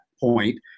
point